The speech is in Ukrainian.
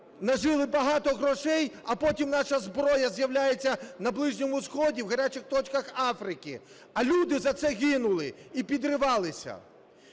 нажили багато грошей, а потім наша зброя з'являється на Близькому Сході, в гарячих точках Африки, а люди за це гинули і підривалися.